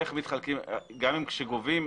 גם כשגובים,